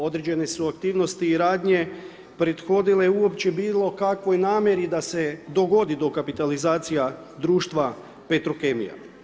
Određene su aktivnosti i radnje prethodile uopće bilo kakvoj namjeri da se dogodi dokapitalizacija društva Petrokemija.